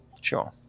Sure